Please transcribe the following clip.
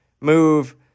move